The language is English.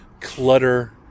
clutter